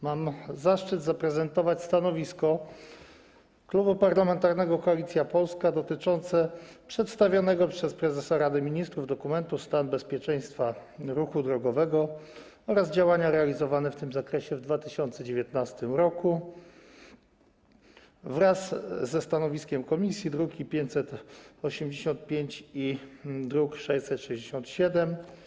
Mam zaszczyt zaprezentować stanowisko Klubu Parlamentarnego Koalicja Polska dotyczące przedstawionego przez prezesa Rady Ministrów dokumentu: „Stan bezpieczeństwa ruchu drogowego oraz działania realizowane w tym zakresie w 2019 r.” wraz ze stanowiskiem komisji, druk nr 585 i druk nr 667.